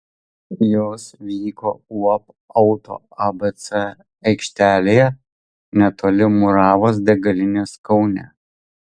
jos vyko uab auto abc aikštelėje netoli muravos degalinės kaune